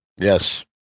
Yes